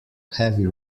heavy